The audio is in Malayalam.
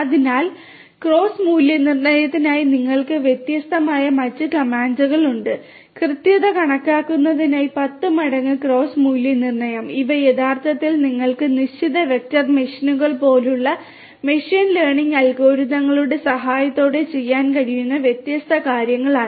അതിനാൽ ക്രോസ് മൂല്യനിർണ്ണയത്തിനായി നിങ്ങൾക്ക് വ്യത്യസ്തമായ മറ്റ് കമാൻഡുകൾ ഉണ്ട് കൃത്യത കണക്കാക്കുന്നതിനായി 10 മടങ്ങ് ക്രോസ് മൂല്യനിർണ്ണയം ഇവ യഥാർത്ഥത്തിൽ നിങ്ങൾക്ക് നിശ്ചിത വെക്റ്റർ മെഷീനുകൾ പോലുള്ള മെഷീൻ ലേണിംഗ് അൽഗോരിതങ്ങളുടെ സഹായത്തോടെ ചെയ്യാൻ കഴിയുന്ന വ്യത്യസ്ത കാര്യങ്ങളാണ്